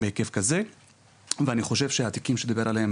בהיקף כזה ואני חושב שהתיקים שדיבר עליהם